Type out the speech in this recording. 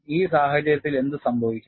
ഈ സാഹചര്യത്തിൽ എന്ത് സംഭവിക്കും